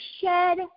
shed